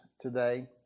today